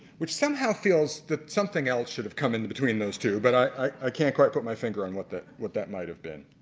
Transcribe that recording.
which somehow feels that something else should have come in between those two. but i can't quite put my finger on what that what that might have been,